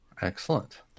excellent